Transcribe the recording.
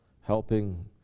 helping